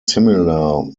similar